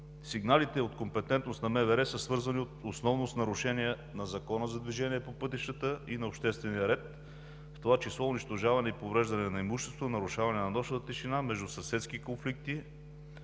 Сигналите от компетентност на МВР са свързани основно с нарушения на Закона за движение по пътищата и на обществения ред, в това число унищожаване и повреждане на имущество, нарушаване на нощната тишина, междусъседски конфликти,